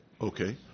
Okay